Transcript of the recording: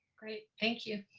great, thank you!